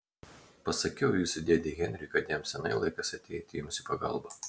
pasakiau jūsų dėdei henriui kad jam seniai laikas ateiti jums į pagalbą